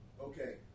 okay